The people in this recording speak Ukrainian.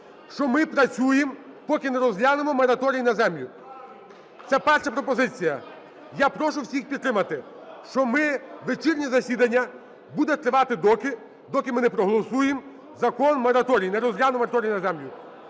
що ми працюємо, поки не розглянемо мораторій на землю. Це перша пропозиція, я прошу всіх підтримати, що ми, вечірнє засідання буде тривати доти, доки ми не проголосуємо закон-мораторій, не розглянемо мораторій на землю.